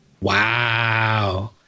Wow